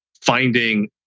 finding